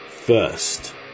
first